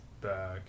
back